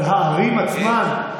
אבל הערים עצמן,